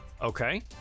Okay